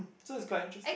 so it's quite interesting